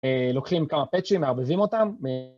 לוקחים כמה פאצ'ים, מערבבים אותם